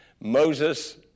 Moses